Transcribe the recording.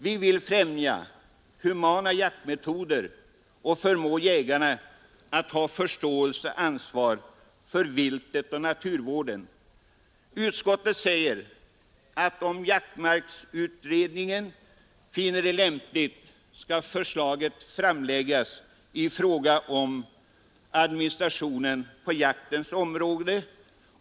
Vi vill främja humana jaktmetoder och förmå jägarna att ha förståelse och ansvar för viltet och naturvården. Utskottet anför att jaktmarksutredningen, om den så finner lämpligt, skall framlägga förslag i fråga om administrationen på jaktens område.